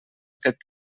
aquest